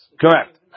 Correct